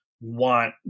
want